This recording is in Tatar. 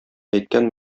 әйткән